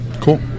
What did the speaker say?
Cool